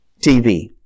TV